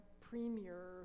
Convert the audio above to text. premier